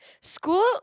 School